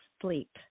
sleep